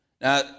Now